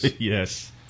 Yes